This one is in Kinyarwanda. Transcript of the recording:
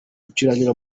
icurangira